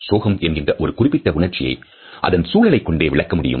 சோகம் என்கின்ற ஒரு குறிப்பிட்ட உணர்ச்சியை அதன் சூழலை கொண்டே விளக்க முடியும்